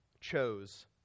chose